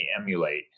emulate